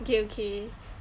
okay okay